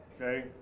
Okay